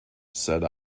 said